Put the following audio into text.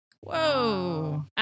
Whoa